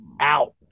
out